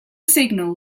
signal